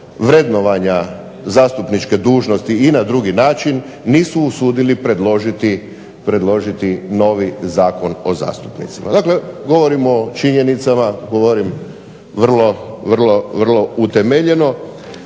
vrednovanja zastupničke dužnosti i na drugi način nisu usudili predložiti novi Zakon o zastupnicima. Govorim o činjenicama, vrlo utemeljeno,